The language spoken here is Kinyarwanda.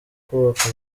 kubaka